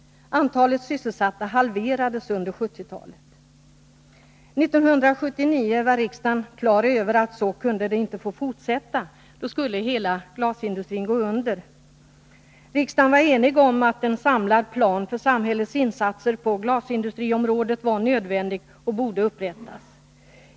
Antalet sysselsatta halverades under 1970-talet. 1979 var riksdagen på det klara med att denna utveckling inte kunde få fortsätta, eftersom hela glasindustrin då skulle gå under. Riksdagen var enig om att en samlad plan för samhällets insatser på glasindustriområdet var nödvändig och borde upprättas.